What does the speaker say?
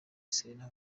serena